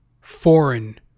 foreign